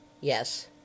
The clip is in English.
Yes